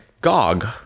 GOG